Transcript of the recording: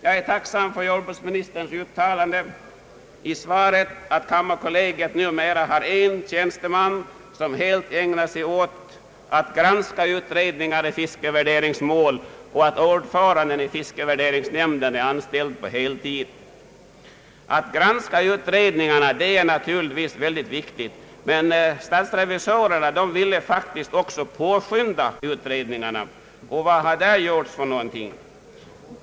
Jag är tacksam för jordbruksministerns besked att kammarkollegiet numera har en tjänsteman som helt ägnar sig åt att granska utredningar i fiskevärderingsmål och att ordföranden i fiskevärderingsnämnden är anställd på heltid. Att granska utredningarna är naturligtvis viktigt, men riksdagens revisorer ville faktiskt också påskynda utredningsarbetet. Vad har då gjorts i detta avseende?